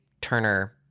Turner